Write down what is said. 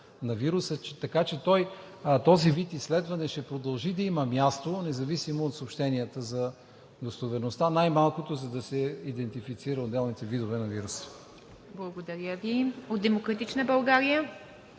на вируса. Така че този вид изследване ще продължи да има място, независимо от съобщенията за достоверността, най-малкото за да се идентифицират отделните видове на вируса. ПРЕДСЕДАТЕЛ ИВА МИТЕВА: Благодаря Ви. От „Демократична България“?